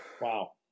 Wow